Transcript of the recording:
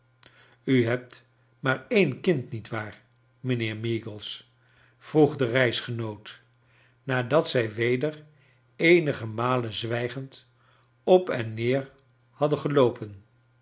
u hebt maar een kind nietwaar mijnbeer meagles vroeg de reisgenoot nadat zij weder eenige malen zwijgend op en neer hadden geloopen